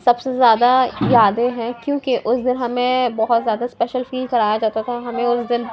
سب سے زیادہ یادیں ہیں کیونکہ اس دن ہمیں بہت زیادہ اسپیشل فیل کرایا جاتا تھا ہمیں اس دن